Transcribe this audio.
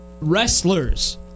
Wrestlers